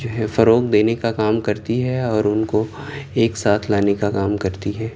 جو ہے فروغ دینے کا کام کرتی ہے اور ان کو ایک ساتھ لانے کا کام کرتی ہے